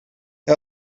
hij